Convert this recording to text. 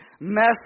mess